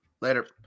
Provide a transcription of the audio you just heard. Later